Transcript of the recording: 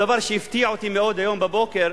הדבר שהפתיע אותי מאוד היום בבוקר,